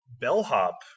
bellhop